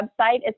website